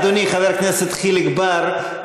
אדוני חבר הכנסת חיליק בר,